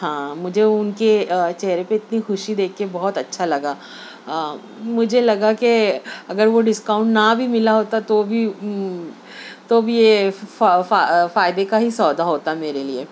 ہاں مجھے ان کے چہرے پہ اتنی خوشی دیکھ کے بہت اچھا لگا مجھے لگا کہ اگر وہ ڈسکاؤنٹ نہ بھی ملا ہوتا تو بھی تو بھی یہ فائدے کا ہی سودا ہوتا میرے لیے